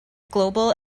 global